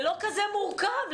זה לא כזה מורכב.